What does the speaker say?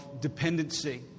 dependency